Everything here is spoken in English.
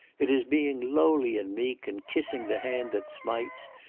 it is being lowly and meek, and kissing the hand that smites,